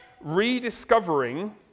rediscovering